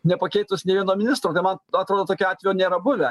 nepakeitus nė vieno ministro man atrodo tokio atvejo nėra buvę